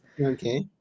okay